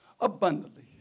abundantly